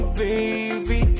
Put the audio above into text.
baby